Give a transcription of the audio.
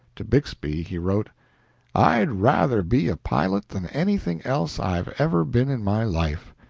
to bixby he wrote i'd rather be a pilot than anything else i've ever been in my life.